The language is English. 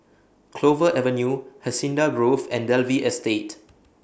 Clover Avenue Hacienda Grove and Dalvey Estate